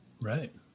right